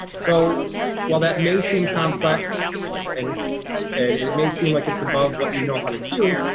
so while that may seem complex and and it may seem like it's above what you know how to do,